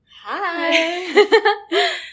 Hi